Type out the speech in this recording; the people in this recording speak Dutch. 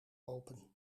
open